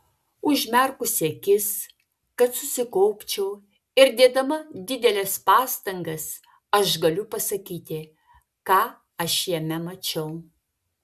užmerkusi akis kad susikaupčiau ir dėdama dideles pastangas aš galiu pasakyti ką aš jame mačiau